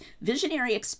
visionary